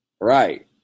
Right